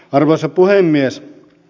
arvoisa puhemies